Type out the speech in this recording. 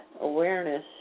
awareness